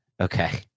Okay